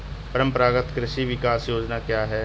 परंपरागत कृषि विकास योजना क्या है?